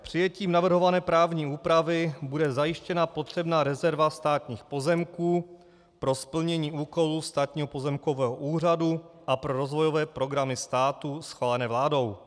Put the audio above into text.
Přijetím navrhované právní úpravy bude zajištěna potřebná rezerva státních pozemků pro splnění úkolu Státního pozemkového úřadu a pro rozvojové programy státu schválené vládou.